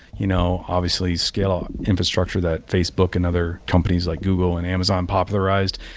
you know obviously scale out infrastructure that facebook and other companies like google and amazon popularized,